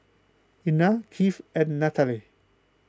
Einar Keith and Nataly